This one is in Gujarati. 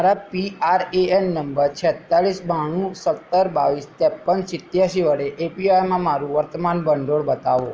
મારા P R A N number છેંતાળીસ બાણું સત્તર બાવીસ ત્રેપ્પન સિત્યાશી વડે એપીવાયમાં મારું વર્તમાન ભંડોળ બતાવો